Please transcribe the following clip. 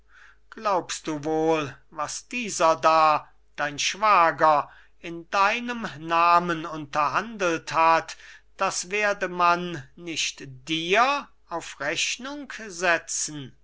glaubst du wohl was dieser da dein schwager in deinem namen unterhandelt hat das werde man nicht dir auf rechnung setzen